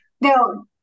No